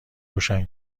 روشن